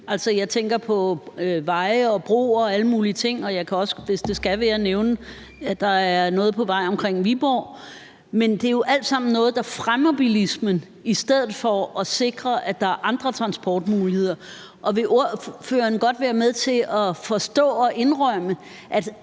jeg tænker på veje og broer og alle mulige ting, og jeg kan også, hvis det skal være, nævne, at der er noget på vej omkring Viborg. Men det er jo alt sammen noget, der fremmer bilismen i stedet for at sikre, at der er andre transportmuligheder. Vil ordføreren godt være med til at forstå og indrømme, at